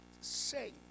say